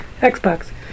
Xbox